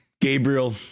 Gabriel